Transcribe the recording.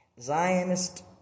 Zionist